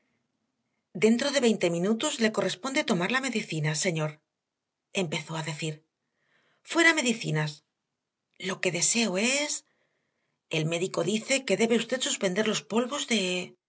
dentro de veinte minutos le corresponde tomar la medicina señor empezó a decir fuera medicinas lo que deseo es el médico dice que debe usted suspender los polvos de